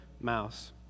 mouse